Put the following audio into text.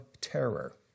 terror